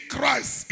Christ